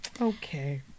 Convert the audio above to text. Okay